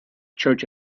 church